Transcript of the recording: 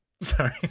Sorry